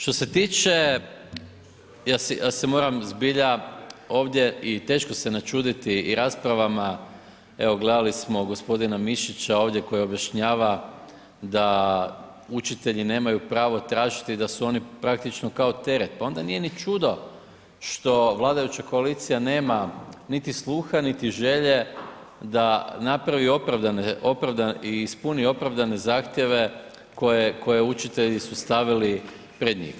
Što se tiče, ja se moram zbilja i teško se načuditi i raspravama, evo gledali smo g. Mišića ovdje koji objašnjava da učitelji nemaju pravo tražiti, da su oni praktično kao teret, pa onda nije ni čudo što vladajuća koalicija nema niti sluha niti želje da napravi opravdane i ispuni opravdane zahtjeve koje učitelji su stavili pred njih.